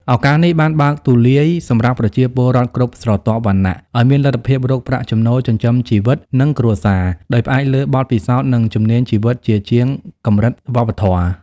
ឱកាសនេះបានបើកទូលាយសម្រាប់ប្រជាពលរដ្ឋគ្រប់ស្រទាប់វណ្ណៈឱ្យមានលទ្ធភាពរកប្រាក់ចំណូលចិញ្ចឹមជីវិត និងគ្រួសារ ដោយផ្អែកលើបទពិសោធន៍ និងជំនាញជីវិតជាជាងកម្រិតវប្បធម៌។